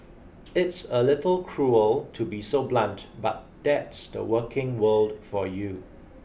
it's a little cruel to be so blunt but that's the working world for you